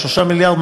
מיליארד,